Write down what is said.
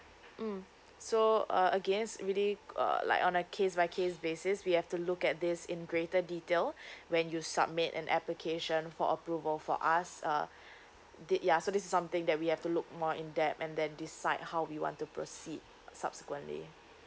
mm so uh again really uh like on a case by case basis we have to look at this in greater detail when you submit an application for approval for us uh did ya so this is something that we have to look more in depth and then decide how we want to proceed subsequently